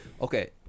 okay